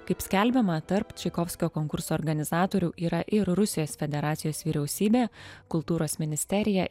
kaip skelbiama tarp čaikovskio konkurso organizatorių yra ir rusijos federacijos vyriausybė kultūros ministerija